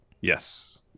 Yes